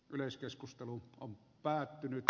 yleiskeskustelu on päättynyt